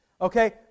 okay